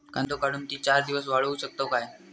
कांदो काढुन ती चार दिवस वाळऊ शकतव काय?